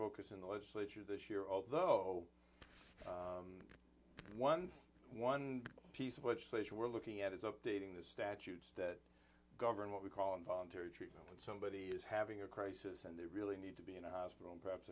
focus in the legislature this year although one thing one piece of legislation we're looking at is updating the statutes that govern what we call involuntary treatment when somebody is having a crisis and they really need to be in a hospital perhaps